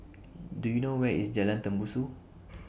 Do YOU know Where IS Jalan Tembusu